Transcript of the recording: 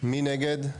2 נגד,